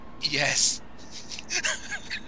Yes